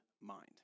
mind